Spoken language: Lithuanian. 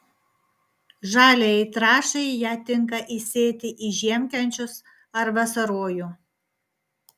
žaliajai trąšai ją tinka įsėti į žiemkenčius ar vasarojų